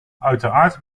uiteraard